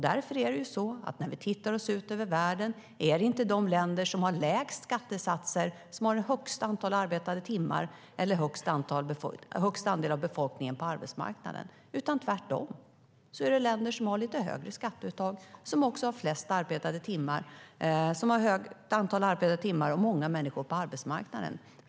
Därför ser vi, när vi tittar ut över världen, att det inte är de länder som har lägst skattesatser som har högst antal arbetade timmar eller högst andel av befolkningen på arbetsmarknaden. Tvärtom är det länder som har lite högre skatteuttag som också har ett högt antal arbetade timmar och många människor på arbetsmarknaden.